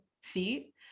feet